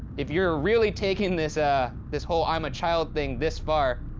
if you're really taking this ah this whole i'm a child thing this far,